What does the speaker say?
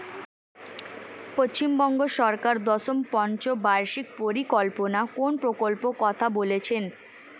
পশ্চিমবঙ্গ সরকার দশম পঞ্চ বার্ষিক পরিকল্পনা কোন প্রকল্প কথা বলেছেন?